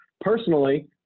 personally